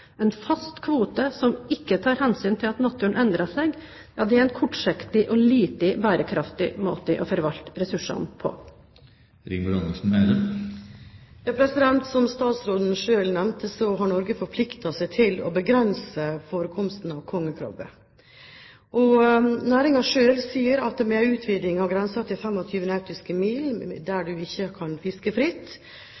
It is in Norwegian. En fast kvote som ikke tar hensyn til at naturen endrer seg, er en kortsiktig og lite bærekraftig måte å forvalte ressursene på. Som statsråden selv nevnte, har Norge forpliktet seg til å begrense forekomstene av kongekrabbe. Næringen selv sier at med en utviding av grensen til 25 nautiske mil der